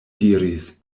diris